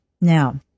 Now